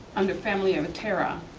under family, and a tara,